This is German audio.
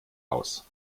aus